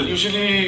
Usually